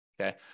okay